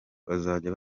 bazajya